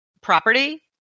property